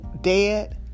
Dead